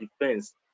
defense